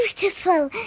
beautiful